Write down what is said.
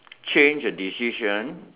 change a decision